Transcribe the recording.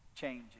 changes